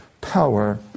power